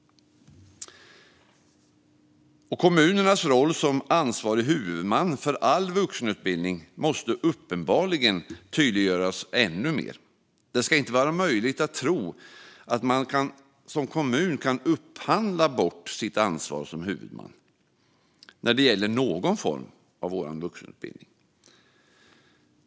Kommunernas roll som ansvariga huvudmän för all vuxenutbildning måste uppenbarligen tydliggöras ännu mer. Det ska inte vara möjligt att tro att man som kommun kan upphandla bort sitt ansvar som huvudman när det gäller någon form av vuxenutbildning.